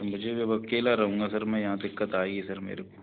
मुझे भी अब अकेला रहूँगा सर मैं यहाँ दिक़्क़त आई है सर मेरे को